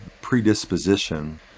predisposition